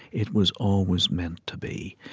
it was always meant to be.